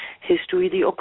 history